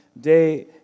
day